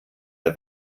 der